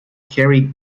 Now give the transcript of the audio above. kerry